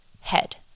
head